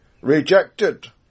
rejected